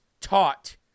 taught